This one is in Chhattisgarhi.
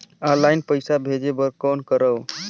ऑनलाइन पईसा भेजे बर कौन करव?